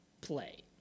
play